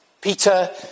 Peter